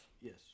Yes